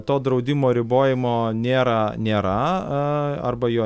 to draudimo ribojimo nėra nėra arba jo